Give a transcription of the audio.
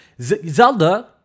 zelda